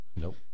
Nope